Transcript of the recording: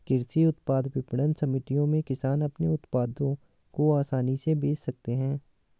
कृषि उत्पाद विपणन समितियों में किसान अपने उत्पादों को आसानी से बेच सकते हैं